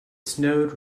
snowed